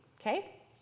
Okay